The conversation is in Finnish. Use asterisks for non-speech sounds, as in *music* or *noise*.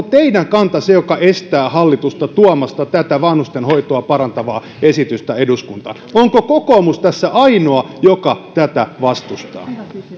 *unintelligible* teidän kantanne on se joka estää hallitusta tuomasta vanhustenhoitoa parantavaa esitystä eduskuntaan onko kokoomus tässä ainoa joka tätä vastustaa